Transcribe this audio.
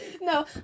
No